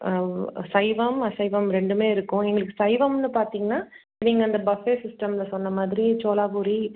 சைவம் அசைவம் ரெண்டுமே இருக்கும் எங்களுக்கு சைவம்னு பார்த்தீங்னா நீங்கள் அந்த பஃபே சிஸ்டம்ல சொன்ன மாதிரியே சோலா பூரி